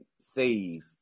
save